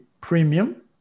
premium